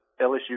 LSU